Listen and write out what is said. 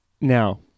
Now